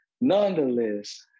nonetheless